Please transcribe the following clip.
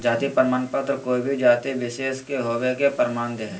जाति प्रमाण पत्र कोय भी जाति विशेष के होवय के प्रमाण दे हइ